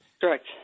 Correct